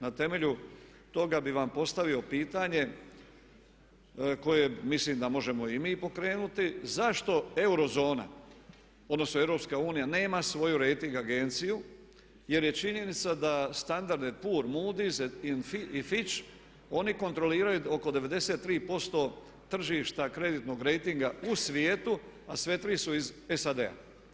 Na temelju toga bi vam postavio pitanje koje mislim da možemo i mi pokrenuti, zašto euro zona odnosno EU nema svoju rejting agenciju jer je činjenica da standardi … oni kontroliraju oko 93% tržišta kreditnog rejtinga u svijetu a sve tri su SAD-a.